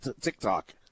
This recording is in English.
TikTok